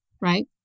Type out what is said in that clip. right